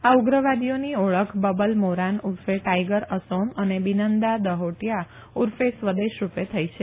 આ ઉગ્રવાદીઓની ઓળખ બબલ મોરાન ઉર્ફે ટાઈગર અસોમ અને બિનંદા દહોટીયા ઉર્ફે સ્વદેશ રૂપે થઈ છે